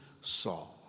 Saul